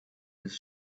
his